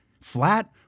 Flat